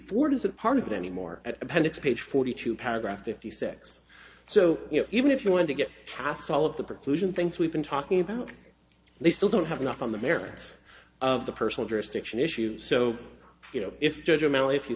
ford is a part of any more at appendix page forty two paragraph fifty six so you know even if you want to get past all of the preclusion things we've been talking about they still don't have enough on the merits of the personal jurisdiction issue so you know if